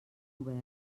obert